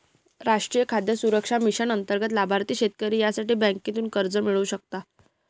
राष्ट्रीय खाद्य सुरक्षा मिशन अंतर्गत लाभार्थी शेतकरी यासाठी बँकेतून कर्ज मिळवू शकता